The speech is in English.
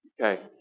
Okay